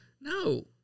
No